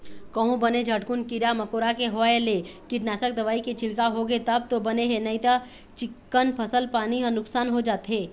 कहूँ बने झटकुन कीरा मकोरा के होय ले कीटनासक दवई के छिड़काव होगे तब तो बने हे नइते चिक्कन फसल पानी ह नुकसान हो जाथे